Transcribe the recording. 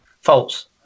False